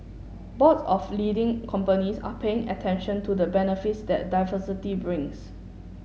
boards of leading companies are paying attention to the benefits that diversity brings